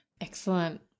excellent